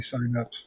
signups